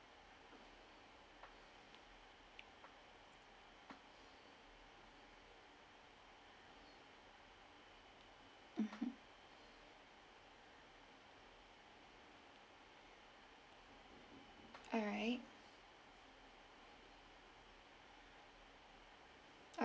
mmhmm alright